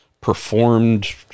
performed